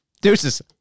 Deuces